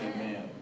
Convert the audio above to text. Amen